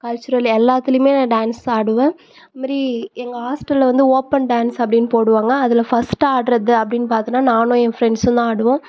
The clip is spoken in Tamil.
கல்சுரல் எல்லாத்துலேயுமே நான் டான்ஸ் தான் ஆடுவேன் அதுமாரி எங்கள் ஹாஸ்டெலில் வந்து ஓப்பன் டான்ஸ் அப்படின்னு போடுவாங்க அதில் ஃபஸ்ட்டு ஆடுறது அப்படின்னு பார்த்தோன்னா நானும் என் ஃப்ரெண்ட்ஸ்ஸும் தான் ஆடுவோம்